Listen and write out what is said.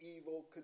evil